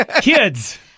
kids